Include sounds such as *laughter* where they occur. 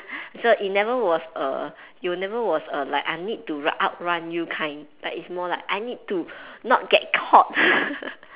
so it never was err it was never was err like I need to run outrun you kind like it was more like I need to not get caught *laughs*